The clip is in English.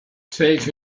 take